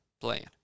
playing